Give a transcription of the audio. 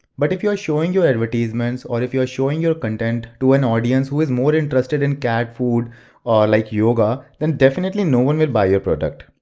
but if you are showing your advertisement or if you're showing your content to an audience who is more interested in cat food like yoga, then definitely no one will buy your product.